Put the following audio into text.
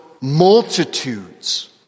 multitudes